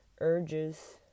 urges